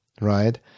right